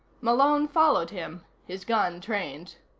malone followed him, his gun trained.